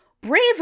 brave